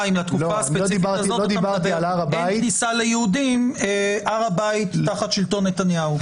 אלא גם כלפי --- עם טנק אתה רוצה?